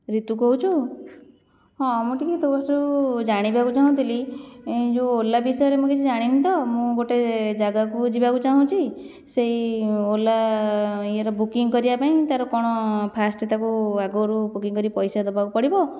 ରିତୁ କହୁଛୁ ହଁ ମୁଁ ଟିକିଏ ତୋଠୁ ଜାଣିବାକୁ ଚାହୁଁଥିଲି ଏଇ ଯେଉଁ ଓଲା ବିଷୟରେ ମୁଁ କିଛି ଜାଣି ନି ତ ମୁଁ ଗୋଟେ ଜାଗାକୁ ଯିବାକୁ ଚାହୁଁଛି ସେଇ ଓଲା ଇଏର ବୁକିଙ୍ଗ୍ କରିବା ପାଇଁ ତାର କ'ଣ ଫାଷ୍ଟ ତାକୁ ଆଗରୁ ବୁକିଙ୍ଗ୍ କରି ପଇସା ଦେବାକୁ ପଡ଼ିବ